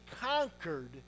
conquered